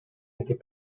n’était